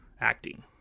acting